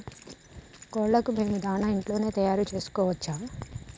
కోళ్లకు మేము దాణా ఇంట్లోనే తయారు చేసుకోవచ్చా?